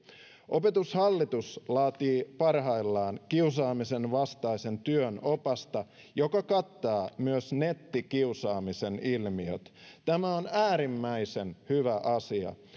opetushallitus laatii parhaillaan kiusaamisen vastaisen työn opasta joka kattaa myös nettikiusaamisen ilmiöt tämä on äärimmäisen hyvä asia